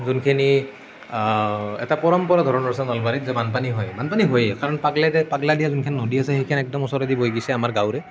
যোনখিনি এটা পৰম্পৰা ধৰণৰ আছে নলবাৰীত যে বানপানী হয় বানপানী হয়েই কাৰণ পাগলাদিয়া পাগলাদিয়া যোনখন নদী আছে সেইখন একদম ওচৰেদি বৈ গৈছে আমাৰ গাঁৱৰেই